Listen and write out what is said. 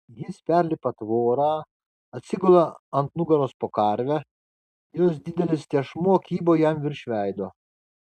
jis perlipa tvorą atsigula ant nugaros po karve jos didelis tešmuo kybo jam virš veido